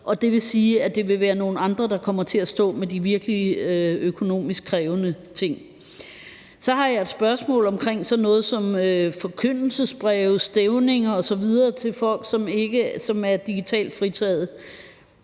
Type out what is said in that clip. Det vil sige, at det vil være nogle andre, der kommer til at stå med de virkelig økonomisk krævende ting. Så har jeg et spørgsmål omkring sådan noget som forkyndelsesbreve, stævninger osv. til folk, som er digitalt fritaget.